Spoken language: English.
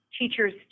teachers